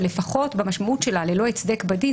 שלפחות במשמעות שלה ללא הצדק בדין,